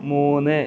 മൂന്ന്